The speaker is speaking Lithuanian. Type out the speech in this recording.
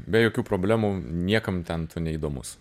be jokių problemų niekam ten tu neįdomus